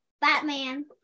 Batman